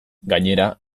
gainera